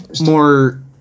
more